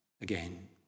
again